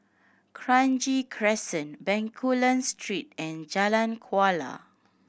Kranji Crescent Bencoolen Street and Jalan Kuala